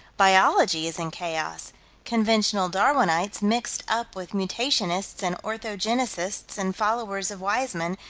biology is in chaos conventional darwinites mixed up with mutationists and orthogenesists and followers of wisemann,